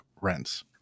rents